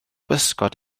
bysgod